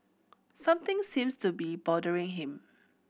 something seems to be bothering him